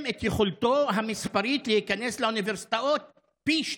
את יכולתו המספרית להיכנס לאוניברסיטאות פי שניים,